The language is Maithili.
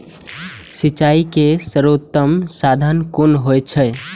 सिंचाई के सर्वोत्तम साधन कुन होएत अछि?